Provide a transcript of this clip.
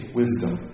wisdom